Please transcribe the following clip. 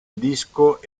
disco